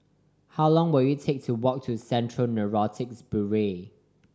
how long will it take to walk to Central Narcotics Bureau